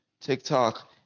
TikTok